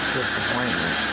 disappointment